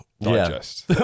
digest